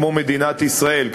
כמו מדינת ישראל,